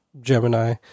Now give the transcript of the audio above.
Gemini